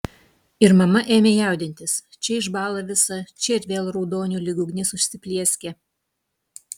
ir mama ėmė jaudintis čia išbąla visa čia ir vėl raudoniu lyg ugnis užsiplieskia